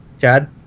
Chad